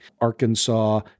Arkansas